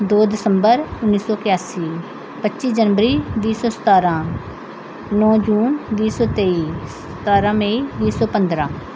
ਦੋ ਦਸੰਬਰ ਉੱਨੀ ਸੌ ਇਕਾਸੀ ਪੱਚੀ ਜਨਵਰੀ ਵੀਹ ਸੌ ਸਤਾਰਾਂ ਨੌ ਜੂਨ ਵੀਹ ਸੌ ਤੇਈ ਸਤਾਰਾਂ ਮਈ ਵੀਹ ਸੌ ਪੰਦਰਾਂ